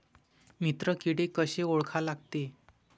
मित्र किडे कशे ओळखा लागते?